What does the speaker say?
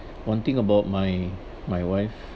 one thing about my my wife